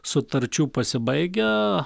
sutarčių pasibaigia